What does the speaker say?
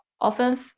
often